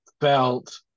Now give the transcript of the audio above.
felt